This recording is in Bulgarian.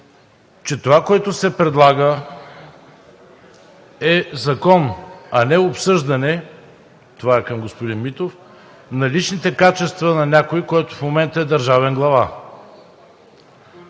че това, което се предлага, е закон, а не обсъждане – това към господин Митов, на личните качества на някой, който в момента е държавен глава.